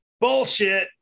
bullshit